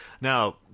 Now